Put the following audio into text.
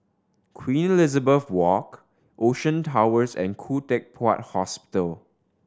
Queen Elizabeth Walk Ocean Towers and Khoo Teck Puat Hospital